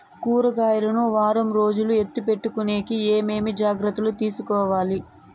కూరగాయలు ను వారం రోజులు ఎత్తిపెట్టుకునేకి ఏమేమి జాగ్రత్తలు తీసుకొవాలి?